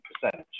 percentage